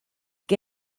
que